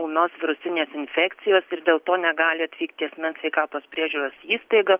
ūmios virusinės infekcijos ir dėl to negali atvykti į asmens sveikatos priežiūros įstaigą